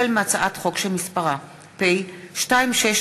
החל בהצעת חוק שמספרה פ/2622/19